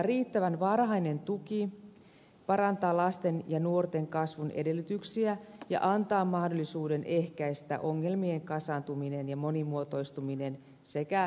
riittävän varhainen tuki parantaa lasten ja nuorten kasvun edellytyksiä ja antaa mahdollisuuden ehkäistä ongelmien kasaantumisen ja monimuotoistumisen sekä syrjäytymisen